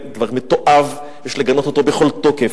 דבר מתועב, יש לגנות אותו בכל תוקף.